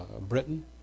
Britain